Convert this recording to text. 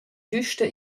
güsta